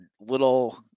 little